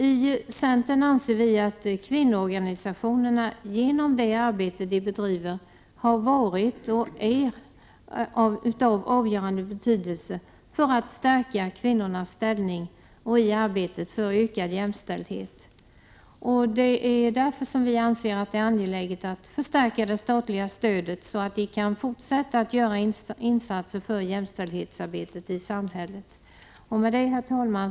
I centern anser vi att kvinnoorganisationerna genom det arbete de bedriver har varit och är av avgörande betydelse för att stärka kvinnornas ställning och i arbetet för ökad jämställdhet. Därför anser vi att det är angeläget att förstärka det statliga stödet så att de kan fortsätta att göra insatser för jämställdhetsarbetet i samhället. Herr talman!